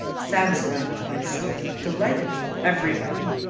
satisfied with myself, delighted with every body!